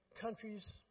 countries